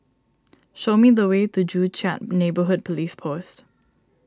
show me the way to Joo Chiat Neighbourhood Police Post